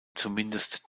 zumindest